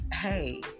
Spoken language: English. hey